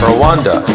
Rwanda